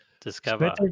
discover